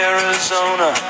Arizona